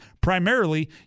primarily